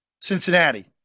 Cincinnati